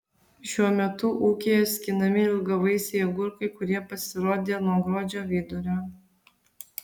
šiuo metu ūkyje skinami ilgavaisiai agurkai kurie pasirodė nuo gruodžio vidurio